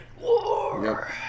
War